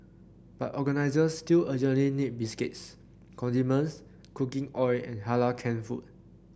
but organisers still urgently need biscuits condiments cooking oil and halal canned food